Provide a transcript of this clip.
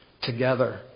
together